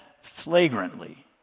flagrantly